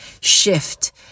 shift